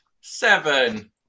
Seven